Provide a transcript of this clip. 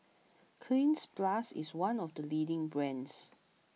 Cleanz Plus is one of the leading brands